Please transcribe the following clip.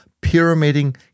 pyramiding